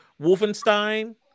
Wolfenstein